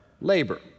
labor